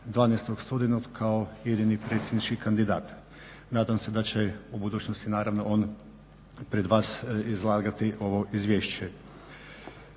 12. studenog kao jedini predsjednički kandidat. Nadam se da će u budućnosti naravno on pred vas izlagati ovo izvješće.